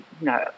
no